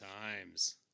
times